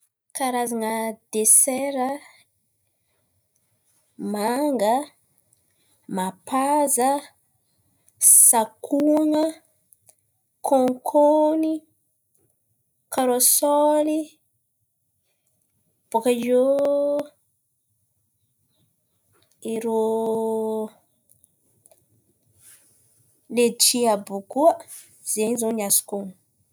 Karazan̈a desera: manga, mapaza, sakoan̈a, kônkôny, karôsôly. Bôkà eo irô letsy àby io koa, zen̈y no azoko onon̈ono.